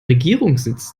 regierungssitz